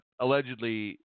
allegedly